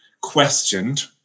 questioned